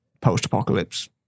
post-apocalypse